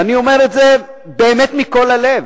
ואני אומר את זה באמת מכל הלב.